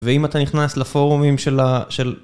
ואם אתה נכנס לפורומים של ה...